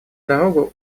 дорогу